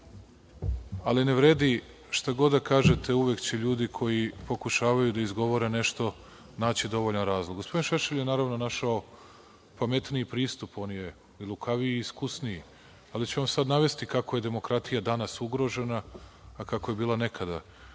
Ali, ne vredi, šta god da kažete, uvek će ljudi koji pokušavaju da izgovore nešto naći dovoljan razlog. Gospodin Šešelj je, naravno, našao pametniji pristup, on je lukaviji i iskusniji, ali ću vam sad navesti kako je demokratija danas ugrožena, a kako je bila nekada